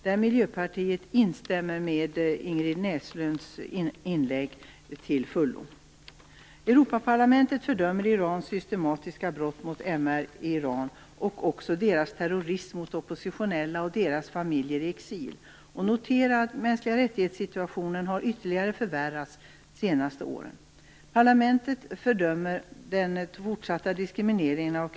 Där instämmer Miljöpartiet till fullo med Europaparlamentet fördömer Irans systematiska brott mot MR i Iran och också deras terrorism mot oppositionella och deras familjer i exil och noterar att situationen för de mänskliga rättigheterna ytterligare har förvärrats de senaste åren.